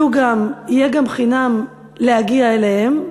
יהיה גם חינם להגיע אליהם,